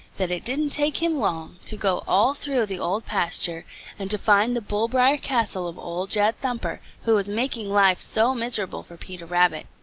that it didn't take him long to go all through the old pasture and to find the bull-briar castle of old jed thumper, who was making life so miserable for peter rabbit,